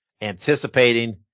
anticipating